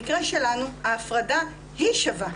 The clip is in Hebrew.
במקרה שלנו ההפרדה היא שווה.